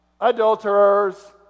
adulterers